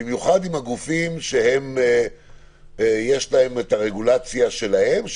במיוחד עם גופים שיש להם את הרגולציה שלהם.